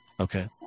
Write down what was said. Okay